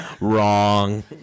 Wrong